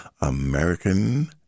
American